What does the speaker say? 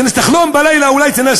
תחלום בלילה אולי,